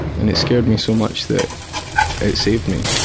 and it scared me so much that it saved me,